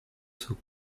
zur